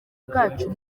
bwacu